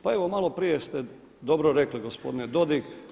Pa evo malo prije ste dobro rekli gospodine Dodig.